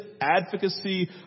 advocacy